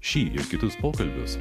šį ir kitus pokalbius